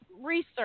research